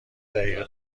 دقیقه